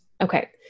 Okay